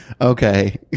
Okay